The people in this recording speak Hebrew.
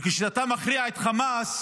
וכשאתה מכריע את חמאס